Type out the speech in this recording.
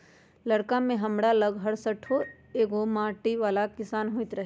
लइरका में हमरा लग हरशठ्ठो एगो माटी बला बैंक होइत रहइ